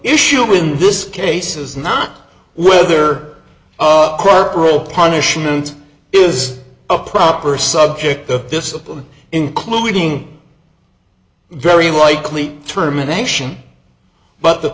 issue in this case is not whether proper real punishment is a proper subject of discipline including very likely terminations but the